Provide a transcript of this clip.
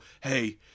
Hey